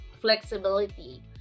flexibility